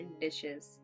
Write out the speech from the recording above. dishes